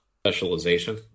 specialization